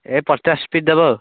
ଏ ପଚାଶ ପିସ୍ ଦେବ